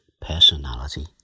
personality